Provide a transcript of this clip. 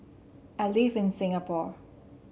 I live in Singapore